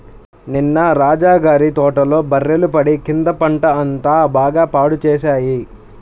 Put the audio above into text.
నిన్న రాజా గారి తోటలో బర్రెలు పడి కంద పంట అంతా బాగా పాడు చేశాయి